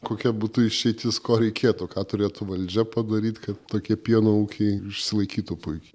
kokia būtų išeitis ko reikėtų ką turėtų valdžia padaryt kad tokie pieno ūkiai išsilaikytų puikiai